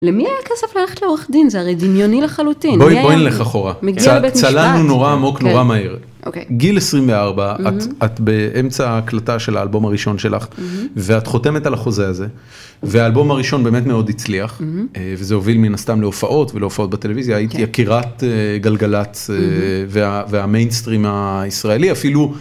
למי היה כסף ללכת לעורך דין? זה הרי דמיוני לחלוטין. בואי נלך אחורה. צללנו נורא עמוק, נורא מהר. גיל 24, את באמצע הקלטה של האלבום הראשון שלך, ואת חותמת על החוזה הזה, והאלבום הראשון באמת מאוד הצליח, וזה הוביל מן הסתם להופעות ולהופעות בטלוויזיה, הייתי יקירת גלגלצ והמיינסטרים הישראלי אפילו